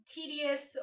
tedious